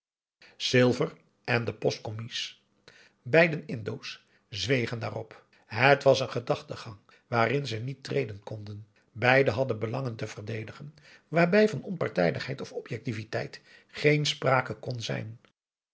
silver en de postcommies beiden indo's zwegen daarop het was een gedachtengang waarin ze niet treden konden beiden hadden belangen te verdedigen waarbij van onpartijdigheid of objectiviteit geen sprake kon zijn